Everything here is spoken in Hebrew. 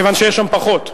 כיוון שיש שם פחות.